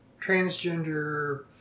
transgender